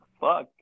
Fuck